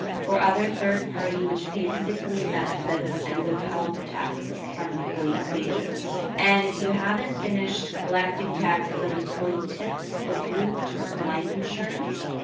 or other third party which paid sick leave benefits and withheld the taxes from employees' wages. and if you haven't finished collecting taxes on and employee tips or group term life insurance,